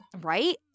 right